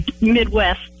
Midwest